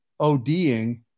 ODing